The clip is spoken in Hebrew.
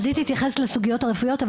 אז היא תתייחס לסוגיות הרפואיות,